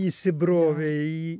įsibrovė į